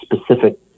specific